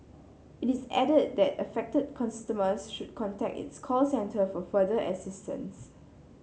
it is added that affected should contact its call centre for further assistance